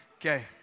Okay